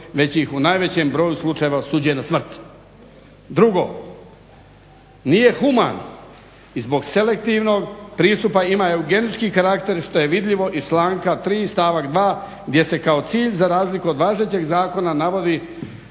već ih u najvećem broju slučajeva osuđuje na smrt. Drugo, nije humano i zbog selektivnog pristupa ima eugenički karakter što je vidljivo iz članka 3. stavak 2. gdje se kao cilj za razliku od važećeg zakona navodi